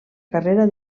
carrera